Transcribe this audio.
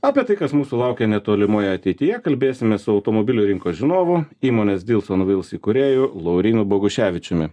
apie tai kas mūsų laukia netolimoje ateityje kalbėsime su automobilių rinkos žinovu įmonės deals on wheels įkūrėju laurynu boguševičiumi